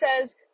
says